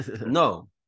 No